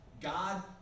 God